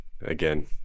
again